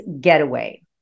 getaway